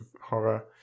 horror